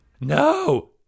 No